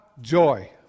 joy